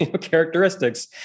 characteristics